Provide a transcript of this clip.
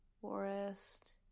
forest